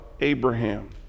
Abraham